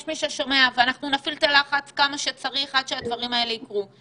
יש מי ששומע ואנחנו נפעיל את הלחץ כמה שצריך עד שהדברים האלה יקרו.